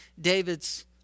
David's